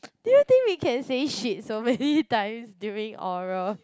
do you think we can say shit so many times during oral